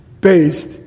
based